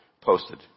posted